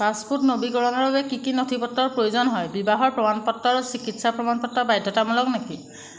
passport নৱীকৰণৰ বাবে কি কি নথিপত্ৰৰ প্ৰয়োজন হয় বিবাহৰ প্ৰমাণপত্ৰ আৰু চিকিৎসা প্ৰমাণপত্ৰ বাধ্যতামূলক নেকি